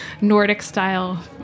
Nordic-style